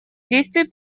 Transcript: действий